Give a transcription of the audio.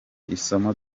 isomo